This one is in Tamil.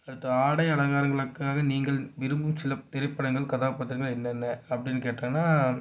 அடுத்து ஆடை அலங்காரங்களுக்காக நீங்கள் விரும்பும் சில திரைப்படங்கள் கதாப்பாத்திரங்கள் என்னென்ன அப்படின்னு கேட்டன்னால்